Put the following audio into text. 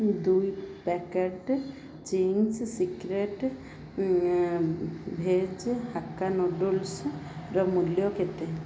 ଦୁଇ packet Ching's secret veg hakka ନୁଡ଼ୁଲ୍ସର ମୂଲ୍ୟ କେତେ